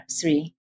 three